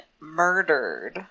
murdered